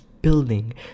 building